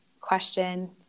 question